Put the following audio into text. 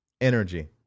Energy